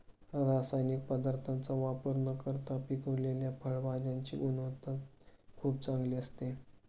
रासायनिक पदार्थांचा वापर न करता पिकवलेल्या फळभाज्यांची गुणवत्ता खूप चांगली असते